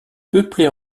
peuplées